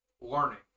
learning